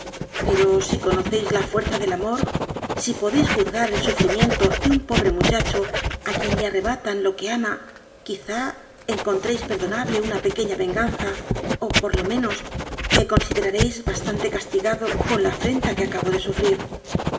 pero si conocéis la fuerza del amor si podéis juzgar el sufrimiento de un pobre muchacho a quien le arrebatan lo que ama quizá encontréis perdonable una pequeña venganza o por lo menos me consideraréis bastante castigado con la afrenta que acabo de sufrir